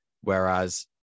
whereas